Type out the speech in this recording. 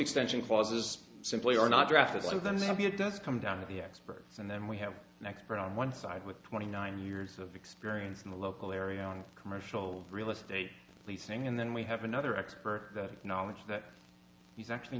extension clauses simply are not drafted some of them happy it does come down to the experts and then we have an expert on one side with twenty nine years of experience in the local area on commercial real estate leasing and then we have another expert knowledge that he's actually